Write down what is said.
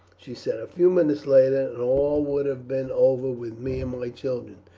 she said. a few minutes later and all would have been over with me and my children.